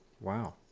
Wow